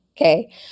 okay